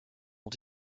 ont